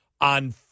on